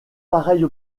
pareille